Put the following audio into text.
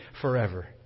forever